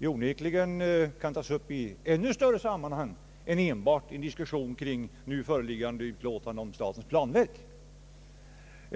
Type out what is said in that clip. onekligen kan tas upp i ännu större sammanhang än enbart i en diskussion kring nu föreliggande utlåtande om statens planverk.